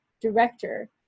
director